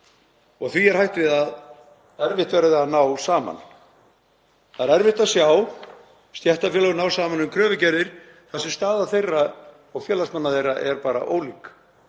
Því er hætt við að erfitt verði að ná saman. Það er erfitt að sjá stéttarfélög ná saman um kröfugerðir þar sem staða þeirra og félagsmanna þeirra er bara ólík.